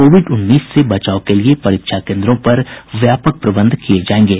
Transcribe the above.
Covid उन्नीस से बचाव के लिए परीक्षा केन्द्रों पर व्यापक प्रबंध किये जायेंगे